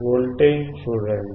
voltage చూడండి